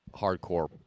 hardcore